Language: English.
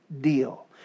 deal